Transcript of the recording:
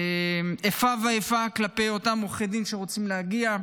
איפה ואיפה כלפי אותם עורכי דין שרוצים להגיע.